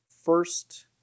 first